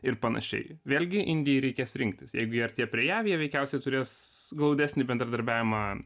ir panašiai vėlgi indijai reikės rinktis jeigu jie artėja prie jav jie veikiausiai turės glaudesnį bendradarbiavimą